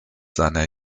seiner